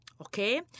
Okay